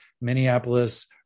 Minneapolis